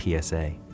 PSA